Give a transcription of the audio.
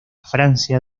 francia